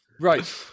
Right